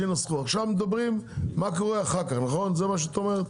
זה כבר הסכמנו שמה שהתחילו לפני זה נשאר אין בעיה,